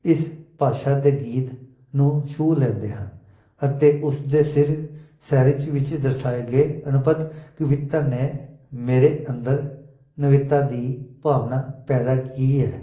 ਇਸ ਭਾਸ਼ਾ ਦੇ ਗੀਤ ਨੂੰ ਛੂਹ ਲੈਂਦੇ ਹਾਂ ਅਤੇ ਉਸਦੇ ਸਿਰ ਸੈਰਿਜ ਵਿੱਚ ਦਰਸਾਏ ਗਏ ਅਨੁਪਦ ਕਵਿਤਾ ਨੇ ਮੇਰੇ ਅੰਦਰ ਨਵਿਤਾ ਦੀ ਭਾਵਨਾ ਪੈਦਾ ਕੀ ਹੈ